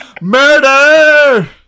Murder